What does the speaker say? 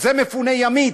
זה מפונה ימית,